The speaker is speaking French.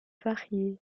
variée